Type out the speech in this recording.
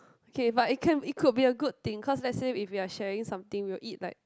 okay but it can it could be a good thing cause let's say if we are sharing something we will eat like